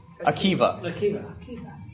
Akiva